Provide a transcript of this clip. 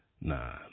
nah